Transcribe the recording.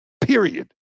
period